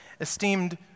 esteemed